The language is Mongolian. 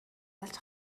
болж